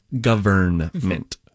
Government